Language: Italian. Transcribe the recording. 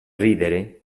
ridere